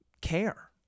care